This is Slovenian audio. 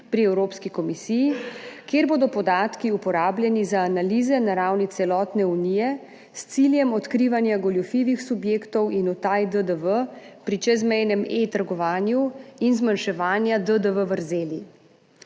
pri Evropski komisiji, kjer bodo podatki uporabljeni za analize na ravni celotne Unije s ciljem odkrivanja goljufivih subjektov in utaj DDV pri čezmejnem e-trgovanju in zmanjševanja vrzeli